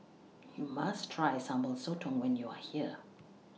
YOU must Try Sambal Sotong when YOU Are here